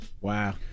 wow